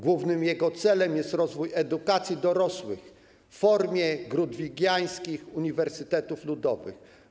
Głównym jego celem jest rozwój edukacji dorosłych w formie grundtvigiańskich uniwersytetów ludowych.